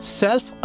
self